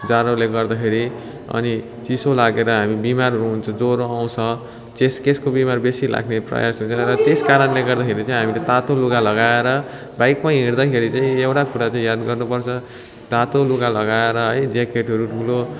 जाडोले गर्दाखेरि अनि चिसो लागेर हामी बिमार हुन्छौँ ज्वरो आउँछ चेस्ट केसको बिमार बेसी लाग्ने प्रायः त्यस कारणले गर्दाखेरि चाहिँ हामीले तातो लुगा लगाएर बाइकमा हिँड्दाखेरि चाहिँ एउटा कुरा चाहिँ याद गर्नु पर्छ तातो लुगा लगाएर है ज्याकेटहरू ठुलो